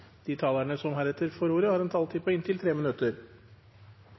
De talere som heretter får ordet, har en taletid på inntil 3 minutter.